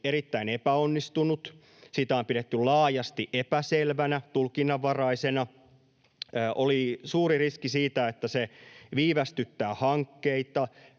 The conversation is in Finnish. erittäin epäonnistuneita. Sitä on pidetty laajasti epäselvänä ja tulkinnanvaraisena, ja oli suuri riski siitä, että se viivästyttää hankkeita